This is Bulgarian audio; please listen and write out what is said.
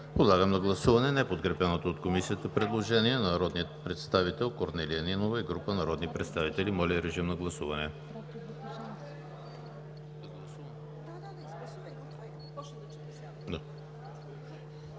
подложа на гласуване неподкрепеното от Комисията предложение на народния представител Корнелия Нинова и група народни представители. Гласували